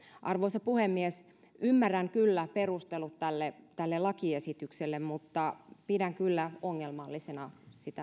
arvoisa puhemies ymmärrän kyllä perustelut tälle tälle lakiesitykselle mutta pidän sitä kyllä ongelmallisena